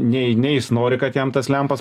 nei nei jis nori kad jam tas lempas